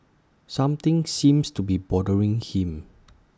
something seems to be bothering him